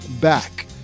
Back